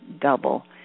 double